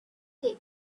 they